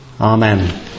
Amen